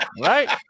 Right